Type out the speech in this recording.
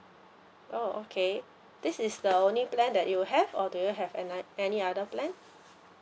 oh okay this is the only plan that you have or do you have ano~ any other plan